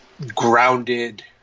grounded